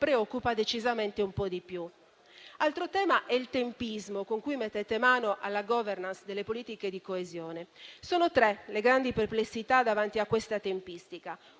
preoccupa decisamente un po' di più. Altro tema è il tempismo con cui mettete mano alla *governance* delle politiche di coesione. Sono tre le grandi perplessità davanti a questa tempistica.